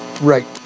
Right